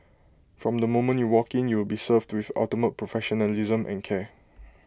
from the moment you walk in you will be served with ultimate professionalism and care